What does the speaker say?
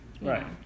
Right